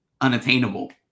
unattainable